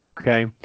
okay